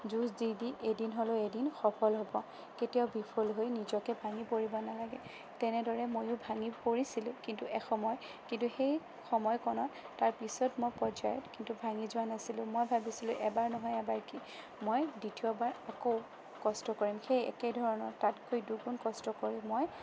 যুঁজ দি দি এদিন নহয় এদিন সফল হ'বই কেতিয়াও বিফল হৈ নিজকে ভাগি পৰিব নালাগে তেনেদতে মই ভাগি পৰিছিলোঁ এসময়ত কিন্তু সেই সময় কণত তাৰ পিছৰ পৰ্যায়ত ভাগি পৰা নাছিলোঁ মই ভাবিছিলোঁ এবাৰ নহয় এবাৰ মই দ্বিতীয়বাৰ আকৌ কষ্ট কৰিম সেই একে ধৰণৰ মই তাতকৈ দুগুণ চেষ্টা কৰি মই